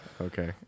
Okay